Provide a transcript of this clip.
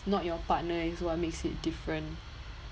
not your partner it's what makes it different